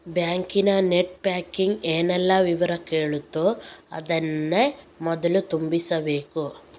ಬ್ಯಾಂಕಿನ net banking ಏನೆಲ್ಲ ವಿವರ ಕೇಳ್ತದೋ ಅದನ್ನ ಮೊದ್ಲು ತುಂಬಿಸ್ಬೇಕು